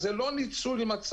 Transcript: אז זה לא ניצול מצב.